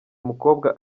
umukobwa